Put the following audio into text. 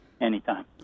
Anytime